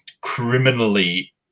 criminally